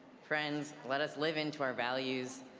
friends, let us live into our values.